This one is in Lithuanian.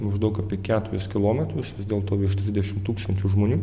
maždaug apie keturis kilometrus vis dėlto virš trisdešimt tūkstančių žmonių